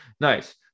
Nice